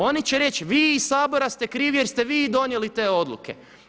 Oni će reći vi iz Sabora ste krivi jer ste vi donijeli te odluke.